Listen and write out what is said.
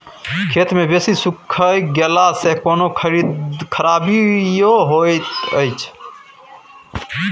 खेत मे बेसी सुइख गेला सॅ कोनो खराबीयो होयत अछि?